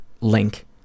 link